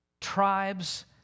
Tribes